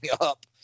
up